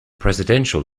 presidential